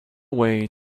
way